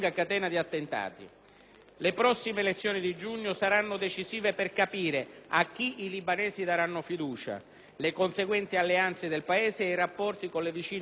Le prossime elezioni di giugno saranno decisive per capire a chi i libanesi daranno fiducia, le conseguenti alleanze del Paese e i rapporti con le vicine Iran e Siria.